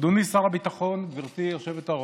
אדוני שר הביטחון, גברתי היושבת-ראש,